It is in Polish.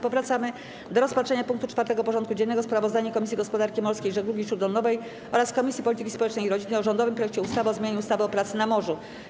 Powracamy do rozpatrzenia punktu 4. porządku dziennego: Sprawozdanie Komisji Gospodarki Morskiej i Żeglugi Śródlądowej oraz Komisji Polityki Społecznej i Rodziny o rządowym projekcie ustawy o zmianie ustawy o pracy na morzu.